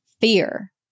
fear